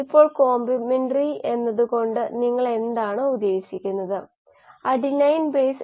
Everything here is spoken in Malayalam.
ഇപ്പോൾ കുറച്ച് മുമ്പ് ചെയ്ത നമ്മുടെ ചില ജോലികളെക്കുറിച്ച് ഞാൻ സംസാരിക്കട്ടെ പക്ഷേ ഇതും അതേ നിലയിലുള്ളവയാണ്